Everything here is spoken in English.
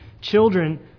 children